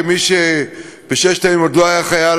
כמי שבששת הימים עוד לא היה חייל,